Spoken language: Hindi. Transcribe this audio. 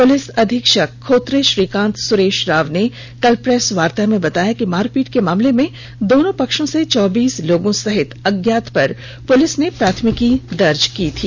पुलिस अधीक्षक खोत्रे श्रीकांत सुरेश राव ने कल प्रेस वार्ता में बताया कि मारपीट के मामले में दोनों पक्षों से चौबीस लोग सहित अज्ञात पर पुलिस ने प्राथमिकी दर्ज की थी